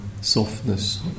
softness